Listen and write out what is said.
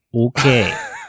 okay